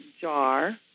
jar